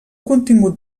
contingut